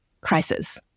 crisis